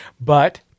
But-